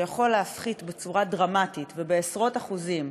שיכול להפחית בצורה דרמטית ובעשרות אחוזים